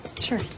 sure